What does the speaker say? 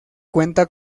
cuenta